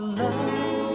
love